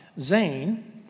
Zane